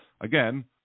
again